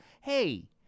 Hey